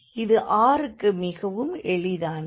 இது rக்கு மிகவும் எளிதானது